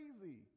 crazy